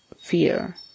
fear